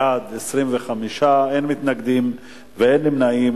בעד, 25, אין מתנגדים, אין נמנעים.